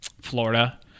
Florida